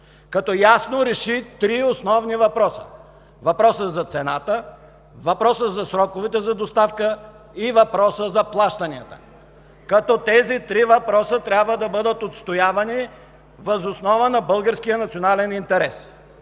като ясно реши три основни въпроса: въпроса за цената, въпроса за сроковете за доставка и въпроса за заплащанията, като тези три въпроса трябва да бъдат отстоявани въз основа на българския национален интерес.